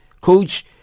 Coach